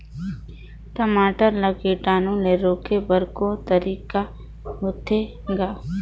टमाटर ला कीटाणु ले रोके बर को तरीका होथे ग?